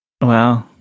Wow